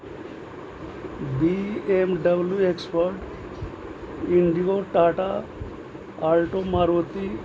be M W EcoSport Endeavour Tata Alto Maruti